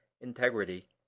integrity